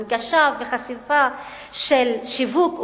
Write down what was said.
הנגשה וחשיפה של שיווק,